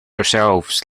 ourselves